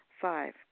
Five